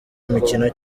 imikino